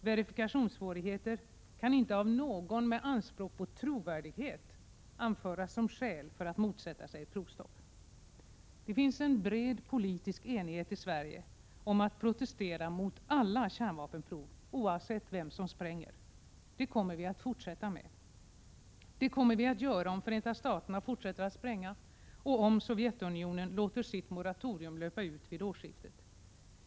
Verifikationssvårigheter kan inte av någon med anspråk på trovärdighet anföras som skäl för att motsätta sig ett provstopp. Det finns bred politisk enighet i Sverige om att protestera mot alla kärnvapenprov — oavsett vem som spränger. Det kommer vi att fortsätta med. Det kommer vi att göra om Förenta staterna fortsätter att spränga och om Sovjetunionen låter sitt moratorium löpa ut vid årsskiftet.